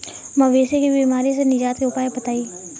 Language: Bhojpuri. मवेशी के बिमारी से निजात के उपाय बताई?